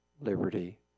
Liberty